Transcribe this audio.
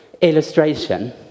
illustration